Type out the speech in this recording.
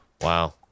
Wow